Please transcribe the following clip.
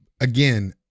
Again